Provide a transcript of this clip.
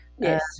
yes